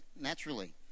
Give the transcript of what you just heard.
naturally